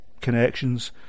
connections